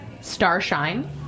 Starshine